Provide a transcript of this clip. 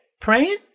Praying